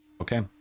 Okay